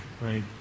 right